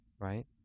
Right